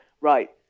right